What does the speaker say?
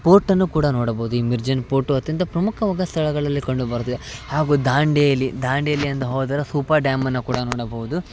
ಪೋರ್ಟನ್ನು ಕೂಡ ನೋಡಬೋದು ಈ ಮಿರ್ಜನ್ ಪೋರ್ಟು ಅತ್ಯಂತ ಪ್ರಮುಖವಾಗಿ ಸ್ಥಳಗಳಲ್ಲಿ ಕಂಡುಬರುತಿದೆ ಹಾಗು ದಾಂಡೇಲಿ ದಾಂಡೇಲಿ ಎಂದು ಹೋದರು ಸೂಪರ್ ಡ್ಯಾಮನ್ನು ಕೂಡ ನೋಡಬಹ್ದು